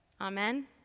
Amen